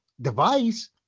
device